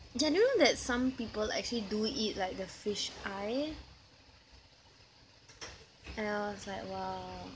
ya you know that some people actually do eat like the fish eye and I was like !wow!